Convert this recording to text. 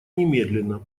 немедленно